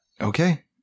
Okay